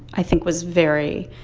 i think, was very,